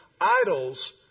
idols